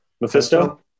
Mephisto